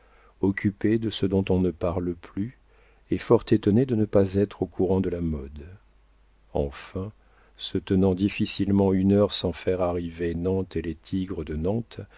occupée de ce dont on ne parle plus et fort étonnée de ne pas être au courant de la mode enfin se tenant difficilement une heure sans faire arriver nantes et les tigres de nantes